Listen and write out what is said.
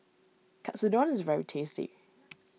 Katsudon is very tasty